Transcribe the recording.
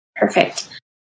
Perfect